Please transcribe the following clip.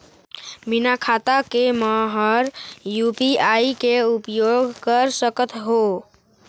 बिना खाता के म हर यू.पी.आई के उपयोग कर सकत हो?